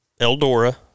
Eldora